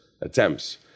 attempts